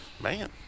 man